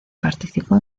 participó